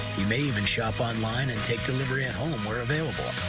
you may even shop online and take delivery at home where available.